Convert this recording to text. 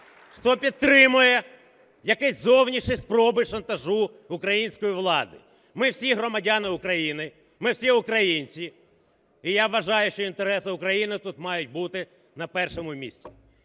хто підтримує якісь зовнішні спроби шантажу української влади. Ми всі громадяни України, ми всі українці. І я вважаю, що інтереси України тут мають бути на першому місці,